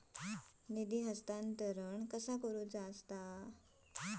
निधी हस्तांतरण कसा करुचा?